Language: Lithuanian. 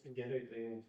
gerai tai